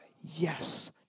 yes